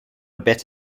bit